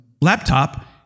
laptop